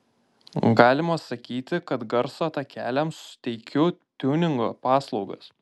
galima sakyti kad garso takeliams teikiu tiuningo paslaugas